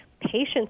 Patients